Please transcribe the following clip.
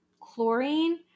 chlorine